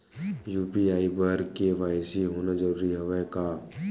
UPI बर KYC होना जरूरी हवय का?